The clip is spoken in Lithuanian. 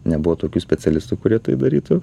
nebuvo tokių specialistų kurie tai darytų